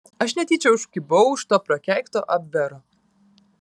aš netyčia užkibau už to prakeikto abvero